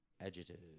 adjective